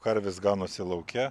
karvės ganosi lauke